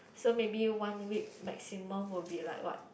so maybe one week maximum will be like what